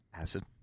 Acid